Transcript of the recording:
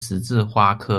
十字花科